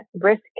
risk